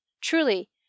Truly